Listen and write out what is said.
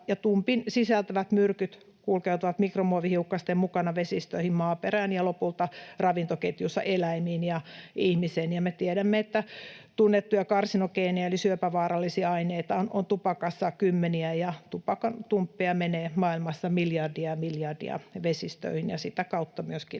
tumpin sisältämät myrkyt kulkeutuvat mikromuovihiukkasten mukana vesistöihin, maaperään ja lopulta ravintoketjussa eläimiin ja ihmisiin. Me tiedämme, että tunnettuja karsinogeenejä eli syöpävaarallisia aineita on tupakassa kymmeniä ja tupakantumppeja menee maailmassa miljardeja ja miljardeja vesistöihin ja sitä kautta myöskin